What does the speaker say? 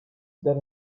that